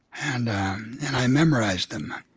and um and i memorized them.